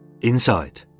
Inside